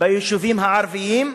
ביישובים הערביים,